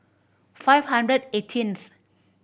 five hundred eighteenth